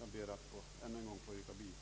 Jag ber att än en gång få yrka bifall till utskottets hemställan.